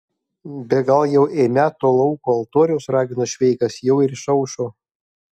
bet gal jau eime to lauko altoriaus ragino šveikas jau ir išaušo